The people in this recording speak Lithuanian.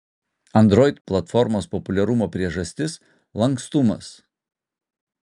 android platformos populiarumo priežastis lankstumas